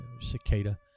cicada